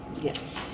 Yes